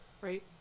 right